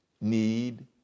need